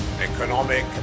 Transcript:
Economic